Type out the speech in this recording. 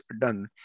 done